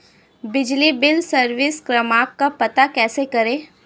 बिजली bill service क्रमांक का पता कैसे करें?